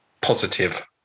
positive